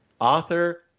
author